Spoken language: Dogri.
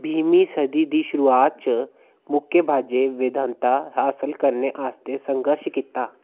बीह्मीं सदी दी शुरुआत च मुक्केबाज़ें वैधता हासल करने आस्तै संघर्श कीता